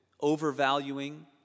overvaluing